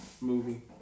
movie